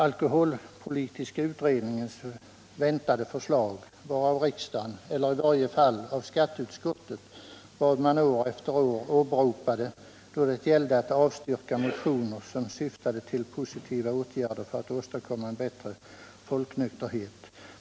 Alkoholpolitiska utredningens väntade förslag innebar det som riksdagen eller i varje fall skatteutskottet år efter år åberopade då det gällde att avstyrka motioner, som syftade till positiva åtgärder för att åstadkomma en bättre folknykterhet.